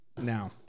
Now